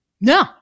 No